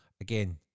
again